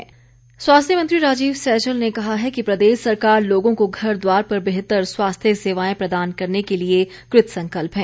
सैजल स्वास्थ्य मंत्री राजीव सैजल ने कहा है कि प्रदेश सरकार लोगों को घर द्वार पर बेहतर स्वास्थ्य सेवाएं प्रदान करने के लिए कृतसंकल्प है